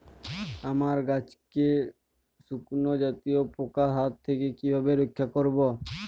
আমার গাছকে শঙ্কু জাতীয় পোকার হাত থেকে কিভাবে রক্ষা করব?